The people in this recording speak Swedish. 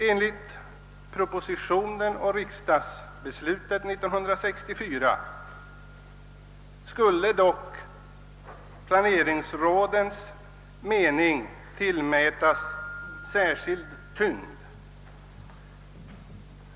Enligt propositionen och riksdagsbeslutet år 1964 skulle dock planeringsrådens mening tillmätas särskild vikt.